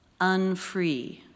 unfree